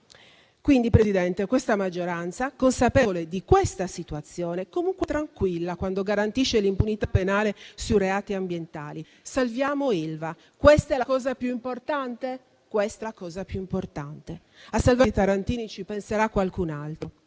Presidente, questa maggioranza, consapevole della situazione, è comunque tranquilla quando garantisce l'impunità penale sui reati ambientali. Salviamo Ilva: questa è la cosa più importante? Questa è la cosa più importante. A salvare i tarantini ci penserà qualcun altro.